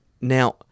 Now